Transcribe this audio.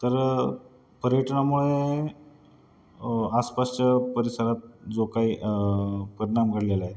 तर पर्यटनामुळे आसपासच्या परिसरात जो काही परिणाम घडलेला आहे